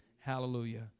Hallelujah